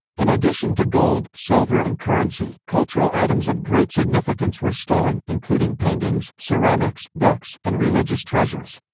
in addition to gold, silver and currency, cultural items of great significance were stolen, including paintings, ceramics, books, and religious treasures.